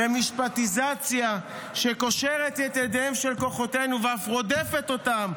ומשפטיזציה שקושרת את ידיהם של כוחותינו ואף רודפת אותם,